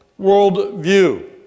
worldview